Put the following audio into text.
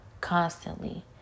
constantly